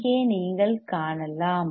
இங்கே நீங்கள் காணலாம்